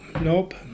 Nope